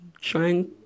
trying